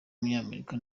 w’umunyamerika